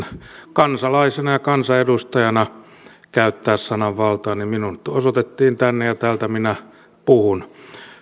kansalaisena ja kansanedustajana käyttää sananvaltaani minut osoitettiin tänne ja täältä minä puhun